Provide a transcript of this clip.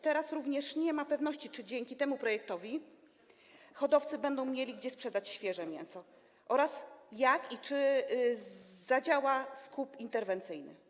Teraz również nie ma pewności, czy dzięki temu projektowi hodowcy będą mieli gdzie sprzedać świeże mięso oraz jak i czy w ogóle zadziała skup interwencyjny.